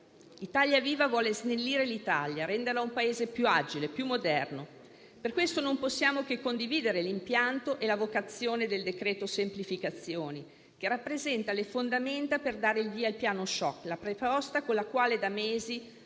Italia Viva vuole snellire l'Italia, renderla un Paese più agile e moderno. Per questo non possiamo che condividere l'impianto e la vocazione del decreto semplificazioni, che rappresenta le fondamenta per dare il via al piano *choc*; la proposta con la quale da mesi